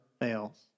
fails